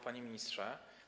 Panie Ministrze!